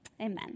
Amen